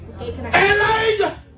Elijah